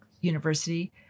university